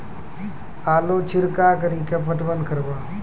आलू छिरका कड़ी के पटवन करवा?